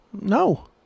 No